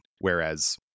whereas